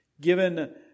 Given